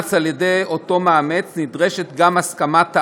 שאומץ על-ידי אותו מאמץ, נדרשת גם הסכמת האח,